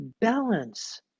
balance